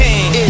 King